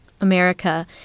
America